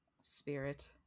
spirit